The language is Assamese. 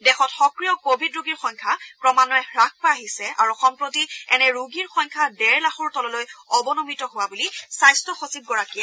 দেশত সক্ৰিয় কোৱিড ৰোগীৰ সংখ্যা ক্ৰমাঘ্বয়ে হ্ৰাস পাই আহিছে আৰু সম্প্ৰতি এনে ৰোগীৰ সংখ্যা ডেৰ লাখৰো তললৈ অৱনমিত হোৱা বুলি স্বাস্থ্য সচিবগৰাকীয়ে প্ৰকাশ কৰিছে